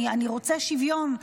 אני רוצה שוויון,